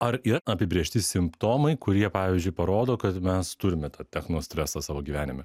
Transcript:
ar yra apibrėžti simptomai kurie pavyzdžiui parodo kad mes turime tą technostresą savo gyvenime